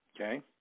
Okay